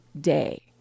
day